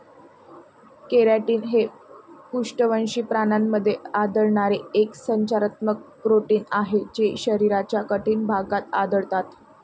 keratin हे पृष्ठवंशी प्राण्यांमध्ये आढळणारे एक संरचनात्मक प्रोटीन आहे जे शरीराच्या कठीण भागात आढळतात